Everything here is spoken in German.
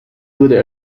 wurde